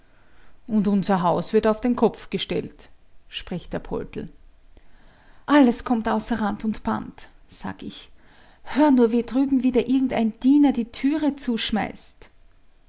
und unser haus wird auf den kopf gestellt spricht der poldl alles kommt außer rand und band sag ich hör nur wie drüben wieder irgendein diener die türe zuschmeißt